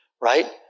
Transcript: right